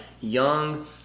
young